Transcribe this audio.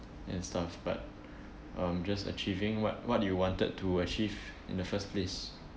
and stuff but um just achieving what what you wanted to achieve in the first place